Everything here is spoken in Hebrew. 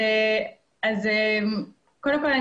קודם כל,